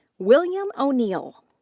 william o'neil.